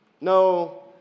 No